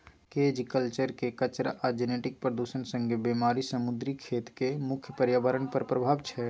cage कल्चरक कचरा आ जेनेटिक प्रदुषण संगे बेमारी समुद्री खेतीक मुख्य प्रर्याबरण पर प्रभाब छै